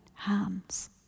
hands